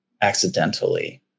accidentally